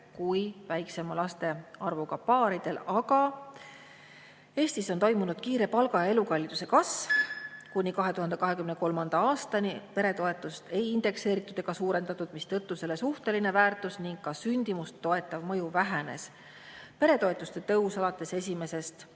kui väiksema laste arvuga paaridel. Aga Eestis on toimunud kiire palga ja elukalliduse kasv. Kuni 2023. aastani peretoetust ei indekseeritud ega suurendatud, mistõttu selle suhteline väärtus ning ka sündimust toetav mõju vähenes. Peretoetuste tõus alates 1.